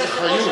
יש אחריות.